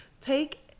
take